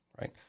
right